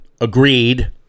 agreed